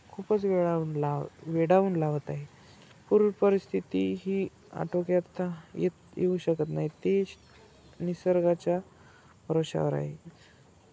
खूपच वेळा लाव वेडावून लावत आहे पूर परिस्थिती ही आटोक्याता येत येऊ शकत नाही ती निसर्गाच्या भरवशावर आहे